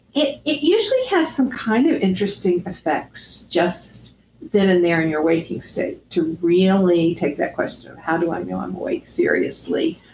it it usually has some kind of interesting effects just then and there in your waking state to really take that question of, how do i know i'm awake seriously?